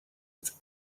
its